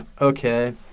Okay